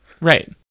Right